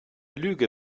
lüge